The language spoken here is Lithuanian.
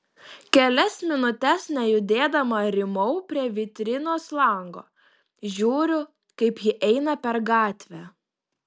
kelias minutes nejudėdama rymau prie vitrinos lango žiūriu kaip ji eina per gatvę